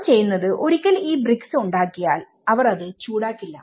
അവർ ചെയ്യുന്നത് ഒരിക്കൽ ഈ ബ്രിക്സ് ഉണ്ടാക്കിയാൽ അവർ അത് ചൂടാക്കില്ല